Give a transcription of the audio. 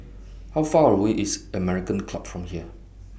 How Far away IS American Club from here